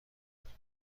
ازاده